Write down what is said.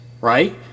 right